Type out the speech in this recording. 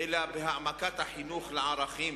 אלא בהעמקת החינוך לערכים.